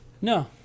No